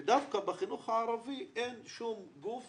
ודווקא בחינוך הערבי אין שום גוף